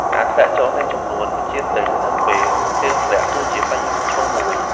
ការធ្លាក់ចុះនៃចំនួនបញ្ជាទិញ នៅពេលភ្លៀងធ្លាក់ គឺជាបញ្ហាប្រឈមមួយ។